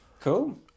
Cool